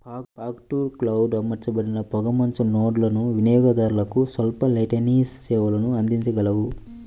fog to cloud అమర్చబడిన పొగమంచు నోడ్లు వినియోగదారులకు స్వల్ప లేటెన్సీ సేవలను అందించగలవు